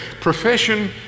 profession